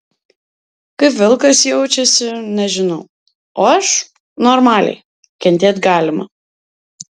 kaip vilkas jaučiasi nežinau o aš normaliai kentėt galima